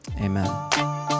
Amen